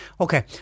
Okay